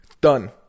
Done